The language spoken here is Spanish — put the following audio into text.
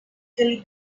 kelly